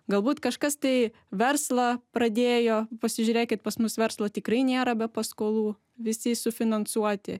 galbūt kažkas tai verslą pradėjo pasižiūrėkit pas mus verslo tikrai nėra be paskolų visi sufinansuoti